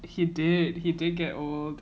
he did he did get old